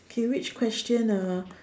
okay which question uh